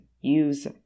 Use